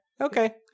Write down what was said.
okay